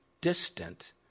distant